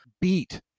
beat